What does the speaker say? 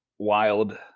Wild